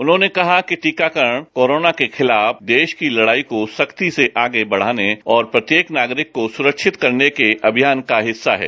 उन्होंने कहा कि टीकाकरणकोरोना के खिलाफ देश की लड़ाई को सख्ती से आगे बढ़ाने और प्रत्येक नागरिक को सुरक्षित करने के अभियान का हिस्सा है